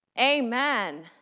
amen